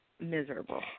Miserable